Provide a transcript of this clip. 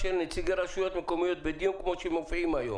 של נציגי ראשי רשויות מקומיות בדיון כמו היום.